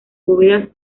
bóvedas